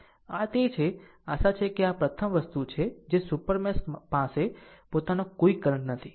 આ તે છે આ આ છે આ પ્રથમ વસ્તુ છે જે સુપર મેશ પાસે પોતાનો કોઈ કરંટ નથી